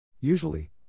Usually